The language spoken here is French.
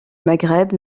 maghreb